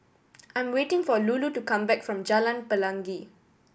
I'm waiting for Lulu to come back from Jalan Pelangi